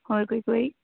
ਹੋਰ ਕੋਈ ਕੋਈ